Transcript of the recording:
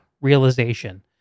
realization